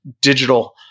digital